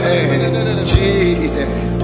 Jesus